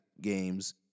games